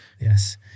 Yes